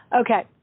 Okay